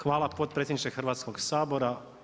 Hvala potpredsjedniče Hrvatskog sabora.